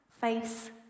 face